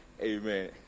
Amen